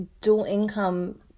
dual-income